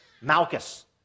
Malchus